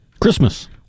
christmas